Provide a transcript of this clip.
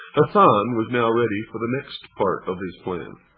hasan was now ready for the next part of his plan.